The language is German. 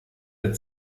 der